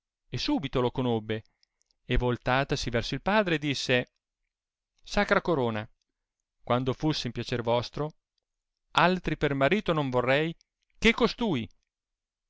e subito lo conobbe e voltatasi verso il padre disse sacra corona quando fosse in piacer vostro altri per marito non vorrei che costui